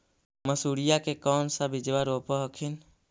मसुरिया के कौन सा बिजबा रोप हखिन?